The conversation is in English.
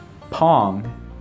Pong